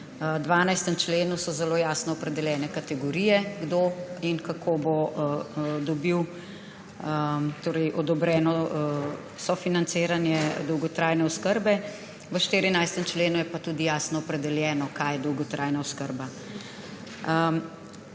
V 12. členu so zelo jasno opredeljene kategorije, kdo in kako bo dobil odobreno sofinanciranje dolgotrajne oskrbe. V 14. členu je pa tudi jasno opredeljeno, kaj je dolgotrajna oskrba.